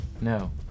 No